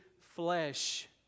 flesh